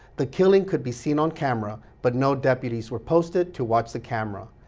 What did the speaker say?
the killing could be seen on camera, but no depth ah were posted to watch the camera.